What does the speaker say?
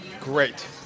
Great